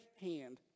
hand